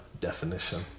definition